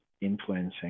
influencing